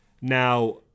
Now